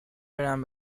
برم